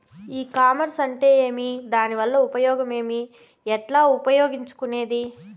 ఈ కామర్స్ అంటే ఏమి దానివల్ల ఉపయోగం ఏమి, ఎట్లా ఉపయోగించుకునేది?